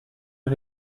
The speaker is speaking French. les